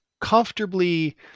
comfortably